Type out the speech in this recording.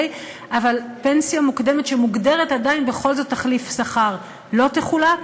פנסיה מוקדמת שמוגדרת עדיין כתחליף שכר לא תחולק,